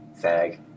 Fag